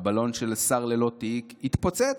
הבלון של השר ללא תיק התפוצץ,